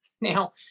Now